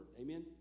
Amen